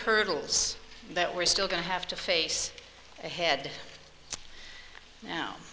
hurdles that we're still going to have to face ahead